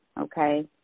okay